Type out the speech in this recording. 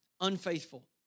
unfaithful